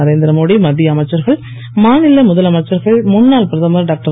நரேந்திரமோடி மத்திய அமைச்சர்கள் மாநில முதலமைச்சர்கள் முன்னாள் பிரதமர் டாக்டர்